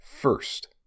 First